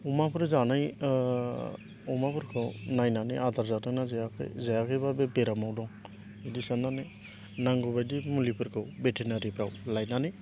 अमाफोर जानाय अमाफोरखौ नायनानै आदार जादोंना जायाखै जायाखैबा बे बेरामाव दं बिदि साननानै नांगौ बायदि मुलिफोरखौ भेटेनारिफ्राव लायनानै